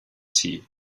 tea